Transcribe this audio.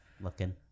looking